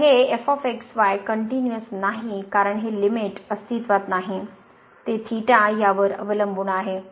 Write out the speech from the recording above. तर कनटयूनीअस नाही कारण हे लिमिट अस्तित्त्वात नाही ते यावर अवलंबून आहे